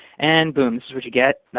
and boom. this is what you get.